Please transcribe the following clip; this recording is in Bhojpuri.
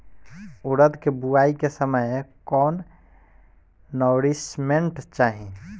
उरद के बुआई के समय कौन नौरिश्मेंट चाही?